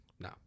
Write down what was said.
No